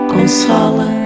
consola